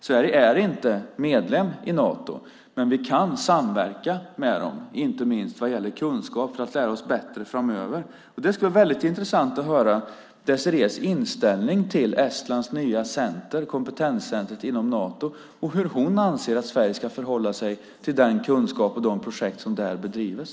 Sverige är inte medlem i Nato, men vi kan samverka med Nato, inte minst vad gäller kunskap för att lära oss bättre framöver. Det skulle vara väldigt intressant att höra Désirées inställning till Estlands nya center, kompetenscentret inom Nato, och hur hon anser att Sverige ska förhålla sig till den kunskap och de projekt som där bedrivs.